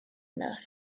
enough